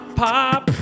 pop